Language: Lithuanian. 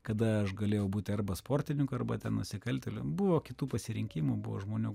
kada aš galėjau būti arba sportininku arba nusikaltėliu nu buvo kitų pasirinkimų buvo žmonių